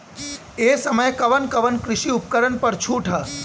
ए समय कवन कवन कृषि उपकरण पर छूट ह?